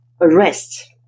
arrest